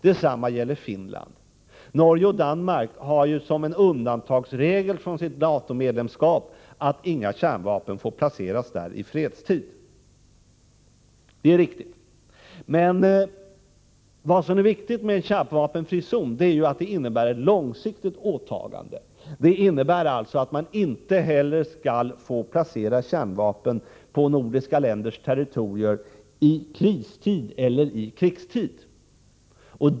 Detsamma gäller Finland. Norge och Danmark har ju som en undantagsregel i sitt NATO-medlemskap att inga kärnvapen får placeras i dessa länder i fredstid. Men vad som är viktigt med en kärnvapenfri zon är ju att den innebär ett långsiktigt åtagande. Den innebär alltså att man inte heller skall få placera kärnvapen på de nordiska ländernas territorium i kristid eller i krigstid.